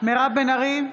מירב בן ארי,